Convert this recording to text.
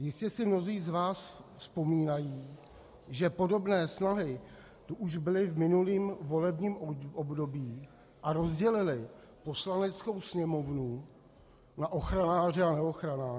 Jistě si mnozí z vás vzpomínají, že podobné snahy tu už byly v minulém volebním období a rozdělily Poslaneckou sněmovnu na ochranáře a neochranáře.